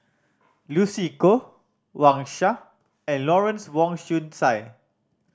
Lucy Koh Wang Sha and Lawrence Wong Shyun Tsai